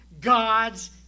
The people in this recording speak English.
God's